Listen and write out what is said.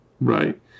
right